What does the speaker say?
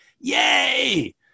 Yay